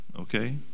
okay